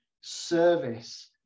service